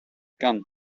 gun